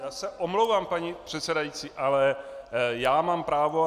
Já se omlouvám, paní předsedající, ale já mám právo.